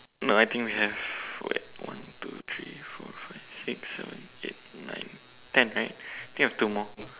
no I think we have wait one two three four five six seven eight nine ten right think have two more